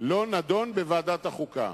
נדון לא בוועדת החוקה.